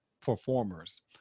performers